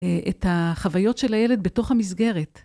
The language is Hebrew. את החוויות של הילד בתוך המסגרת.